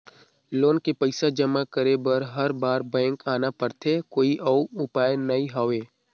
Loan के पईसा जमा करे बर हर बार बैंक आना पड़थे कोई अउ उपाय नइ हवय?